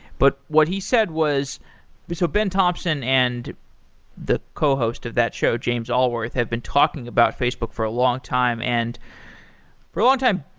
but what he said was so ben thompson and the cohost of that show, james allworth, have been talking about facebook for a long time. and for a long time,